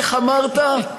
איך אמרת?